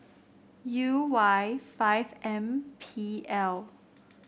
U Y five M P L